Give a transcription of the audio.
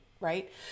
right